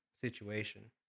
situation